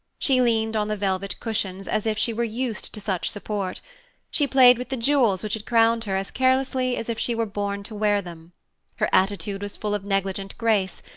she leaned on the velvet cushions as if she were used to such support she played with the jewels which had crowned her as carelessly as if she were born to wear them her attitude was full of negligent grace,